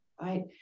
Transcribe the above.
Right